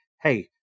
hey